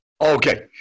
Okay